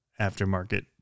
aftermarket